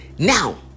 Now